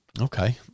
Okay